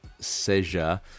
Seja